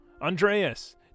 Andreas